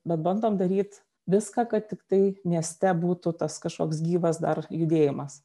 bet bandom daryt viską kad tiktai mieste būtų tas kažkoks gyvas dar judėjimas